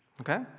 okay